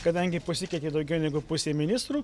kadangi pasikeitė daugiau negu pusė ministrų